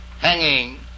hanging